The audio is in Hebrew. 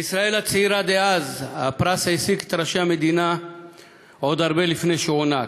בישראל הצעירה דאז הפרס העסיק את ראשי המדינה עוד הרבה לפני שהוענק,